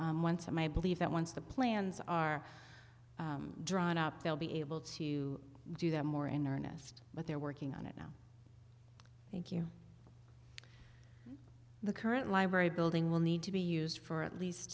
so once and i believe that once the plans are drawn up they'll be able to do that more in earnest but they're working on it now thank you the current library building will need to be used for at least